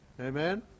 Amen